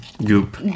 Goop